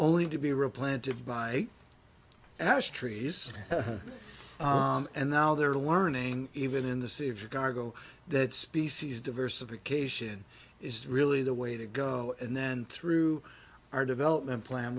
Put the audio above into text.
only to be replanted by ash trees and now they're learning even in the city of chicago that species diversification is really the way to go and then through our development plan